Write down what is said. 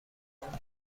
قیمت